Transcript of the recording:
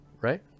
right